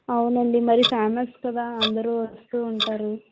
అవును అండి మరి ఫేమస్ కదా అందరూ వస్తూ ఉంటారు